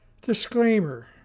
Disclaimer